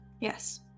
Yes